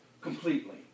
completely